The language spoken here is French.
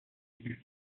aigus